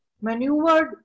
maneuvered